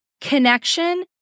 connection